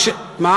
ממשלה עצלה.